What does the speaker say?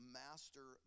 master